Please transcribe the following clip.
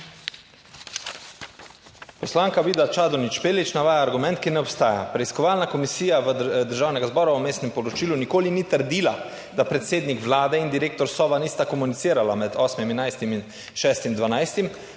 Poslanka Vida Čadonič Špelič navaja argument, ki ne obstaja. Preiskovalna komisija Državnega zbora v vmesnem poročilu nikoli ni trdila, da predsednik vlade in direktor SOVA nista komunicirala med 8. 11 in 6. 12,